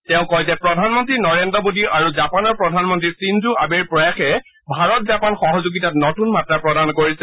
তেওঁ কয় যে প্ৰধানমন্ত্ৰী নৰেন্দ্ৰ মোদী আৰু জাপানৰ প্ৰধানমন্ত্ৰী চিন্জু আবেৰ প্ৰয়াসে ভাৰত জাপান সহযোগিতাত নতুন মাত্ৰা প্ৰদান কৰিছে